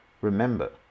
Remember